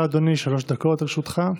בבקשה, אדוני, שלוש דקות לרשותך.